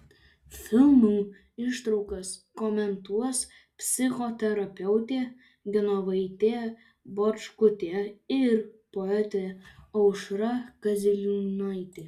filmų ištraukas komentuos psichoterapeutė genovaitė bončkutė ir poetė aušra kaziliūnaitė